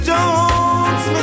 Jones